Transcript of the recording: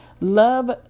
Love